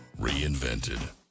reinvented